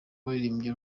waririmbye